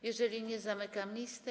Jeżeli nie, to zamykam listę.